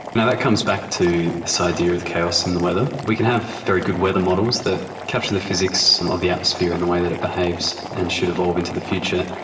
and that comes back to this idea of chaos and the weather. we can have very good weather models that capture the physics of the atmosphere and the way it behaves and should evolve into the future,